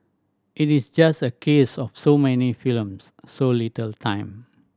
it is just a case of so many films so little time